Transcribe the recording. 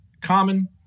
Common